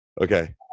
Okay